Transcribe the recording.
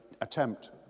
attempt